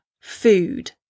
food